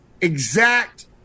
exact